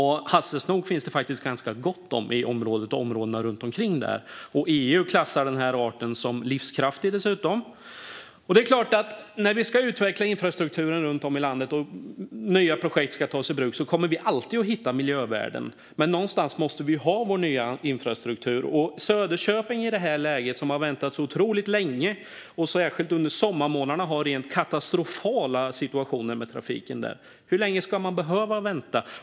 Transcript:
Hasselsnok finns det ganska gott om där och i områdena runt omkring, och dessutom klassar EU denna art som livskraftig. Det är klart att vi när infrastruktur runt om i landet ska utvecklas och nya projekt tas i bruk alltid kommer att hitta miljövärden, men någonstans måste vi ju ha vår nya infrastruktur. Söderköping har i det här läget väntat otroligt länge och har, särskilt under sommarmånaderna, rent katastrofala situationer med trafiken. Hur länge ska man behöva vänta?